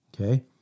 Okay